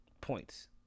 points